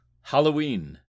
Halloween